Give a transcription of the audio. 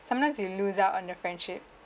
sometimes you lose out on the friendship